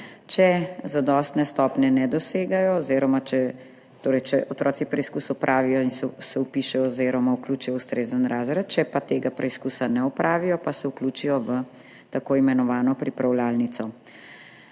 prilagojen njihovi starosti. Če otroci preizkus opravijo, se vpišejo oziroma vključijo v ustrezen razred, če pa tega preizkusa ne opravijo, pa se vključijo v tako imenovano pripravljalnico.